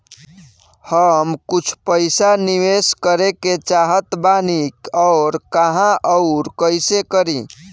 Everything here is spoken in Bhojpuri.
हम कुछ पइसा निवेश करे के चाहत बानी और कहाँअउर कइसे करी?